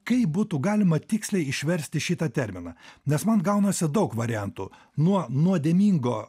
kaip būtų galima tiksliai išversti šitą terminą nes man gaunasi daug variantų nuo nuodėmingo